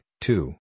two